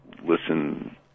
listen